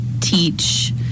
teach